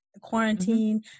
quarantine